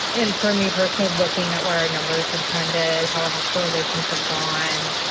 and for me personally, looking at where our numbers have trended, how our hospitalizations have gone,